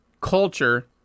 culture